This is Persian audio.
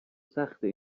سخته